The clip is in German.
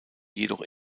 jedoch